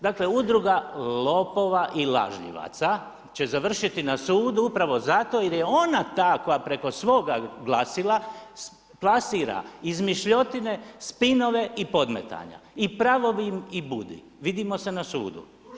Dakle, udruga lopova i lažljivaca će završiti na sudu, upravo zato jer je ona ta koja preko svoga glasila plasira izmišljotine, spinove i podmetanja i … vidimo se na sudu.